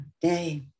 day